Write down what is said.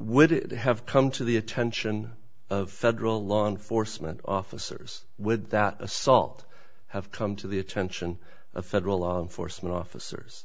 would it have come to the attention of federal law enforcement officers would that assault have come to the attention of federal law enforcement officers